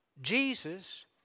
Jesus